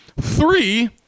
three